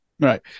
Right